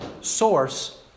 source